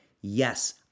Yes